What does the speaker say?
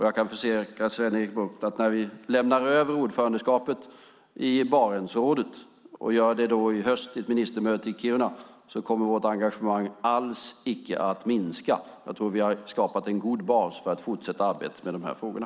Jag kan försäkra Sven-Erik Bucht att när vi lämnar över ordförandeskapet i Barentsrådet i höst, vid ett ministermöte i Kiruna, kommer vårt engagemang alls icke att minska. Jag tror att vi har skapat en god bas för att fortsätta arbetet med de här frågorna.